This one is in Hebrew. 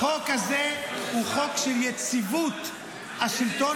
החוק הזה הוא חוק של יציבות של השלטון